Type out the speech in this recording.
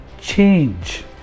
change